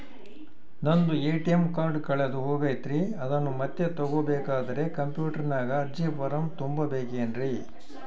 ನಂದು ATM card ಕಳೆದು ಹೋಗೈತ್ರಿ ಅದನ್ನು ಮತ್ತೆ ತಗೋಬೇಕಾದರೆ ಕಂಪ್ಯೂಟರ್ ನಾಗ ಅರ್ಜಿ ಫಾರಂ ತುಂಬಬೇಕನ್ರಿ?